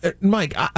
Mike